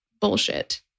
bullshit